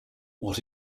what